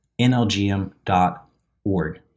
nlgm.org